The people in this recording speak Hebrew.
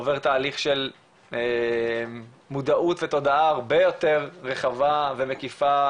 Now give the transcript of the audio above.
עובר תהליך של מודעות ותודעה הרבה יותר רחבה ומקיפה